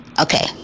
Okay